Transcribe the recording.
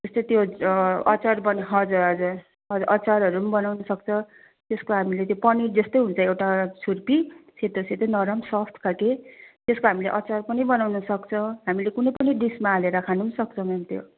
जस्तो त्यो अचार बन हजुर हजुर अचारहरू बनाउनु सक्छ त्यसको हामीले त्यो पनिर जस्तो हुन्छ एउटा छुर्पी सेतो सेतो नरम सफ्ट खाले त्यसको हामीले अचार पनि बनाउन सक्छ हामीले कुनै पनि डिसमा हालेर खानु सक्छ मेम त्यो